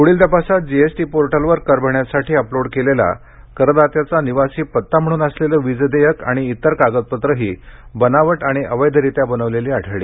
प्ढील तपासात जीएसटी पोर्टलवर कर भरण्यासाठी अपलोड केलेला करदात्याचा निवासी पत्ता म्हणून असलेलं वीजदेयक आणि इतर कागदपत्रंही बनावट आणि अवैधरीत्या बनविलेली आढळली